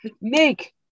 make